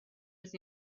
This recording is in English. was